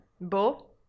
Bo